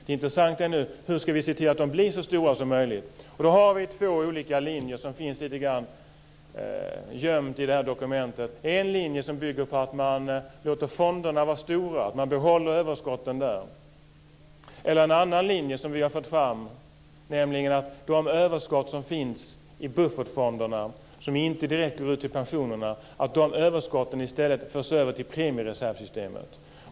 Det intressanta nu är hur vi ska se till att de blir så stora som möjligt. Vi har två olika linjer som finns lite grann gömda i dokumentet. En linje bygger på att man låter fonderna vara stora, man behåller överskotten där. En annan linje är att de överskott som finns i buffertfonderna, som inte direkt går ut till pensionerna, i stället ska föras över till premiereservssystemet.